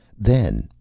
then,